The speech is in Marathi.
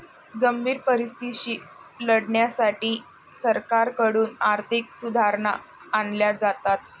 गंभीर परिस्थितीशी लढण्यासाठी सरकारकडून आर्थिक सुधारणा आणल्या जातात